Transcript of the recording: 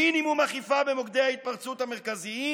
מינימום אכיפה במוקדי ההתפרצות המרכזיים